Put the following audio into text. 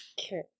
Okay